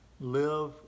live